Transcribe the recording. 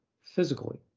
physically